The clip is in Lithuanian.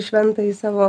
šventąjį savo